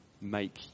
make